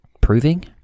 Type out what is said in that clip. proving